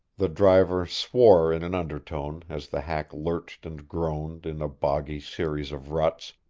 the driver swore in an undertone as the hack lurched and groaned in a boggy series of ruts,